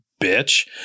bitch